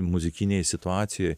muzikinėje situacijoj